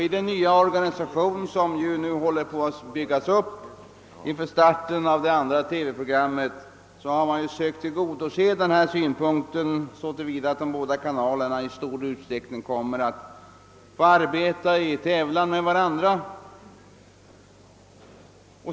I den nya organisationen som nu håller på att byggas upp inför starten av det andra TV-programmet har man försökt tillgodose denna synpunkt så till vida att de båda kanalerna i stor utsträckning kommer att arbeta i tävlan med varandra.